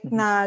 na